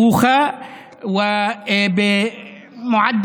בערבית: ולכן,